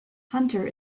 hunter